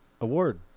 award